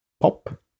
POP